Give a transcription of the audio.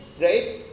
Right